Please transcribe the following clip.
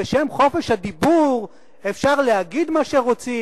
בשם חופש הדיבור אפשר להגיד מה שרוצים.